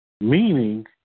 meaning